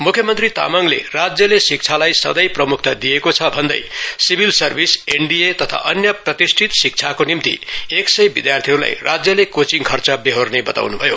मुख्यमन्त्री तामाङले राज्यमा शिक्षालाई सँधै प्रमुखता दिएको छ भन्दै सिविल सर्विस एनडीए तथा अन्य प्रतिष्ठित शिक्षाको निम्ति एकसय विद्यार्थीहरूलाई राज्यले कोचिङ खर्च बेहोर्ने बताउनु भयो